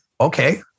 okay